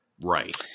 right